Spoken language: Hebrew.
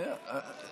לא שומעים.